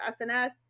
SNS